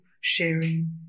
sharing